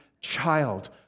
child